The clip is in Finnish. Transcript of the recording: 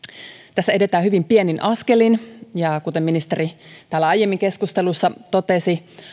tässä edetään hyvin pienin askelin ja kuten ministeri täällä aiemmin keskustelussa totesi